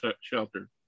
shelter